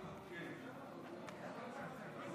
חוק